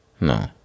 No